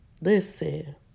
Listen